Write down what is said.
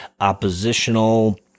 oppositional